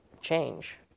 change